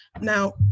Now